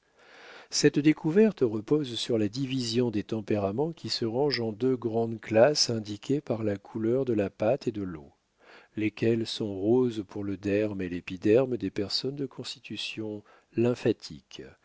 cette découverte repose sur la division des tempéraments qui se rangent en deux grandes classes indiquées par la couleur de la pâte et de l'eau lesquelles sont roses pour le derme et l'épiderme des personnes de constitution